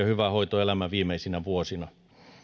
hyvän hoidon elämän viimeisinä vuosina ja heille taataan se